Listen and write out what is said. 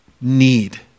need